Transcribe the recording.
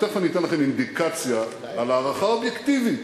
ותיכף אני אתן לכם אינדיקציה על הערכה אובייקטיבית,